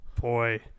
Boy